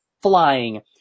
flying